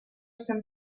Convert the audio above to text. some